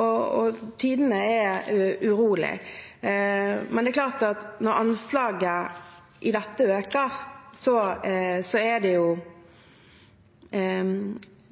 og tidene er urolig. Men det er klart at når anslaget i dette øker, så